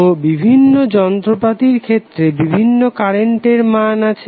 তো বিভিন্ন যন্ত্রপাতির ক্ষেত্রে বিভিন্ন কারেন্টের মান আছে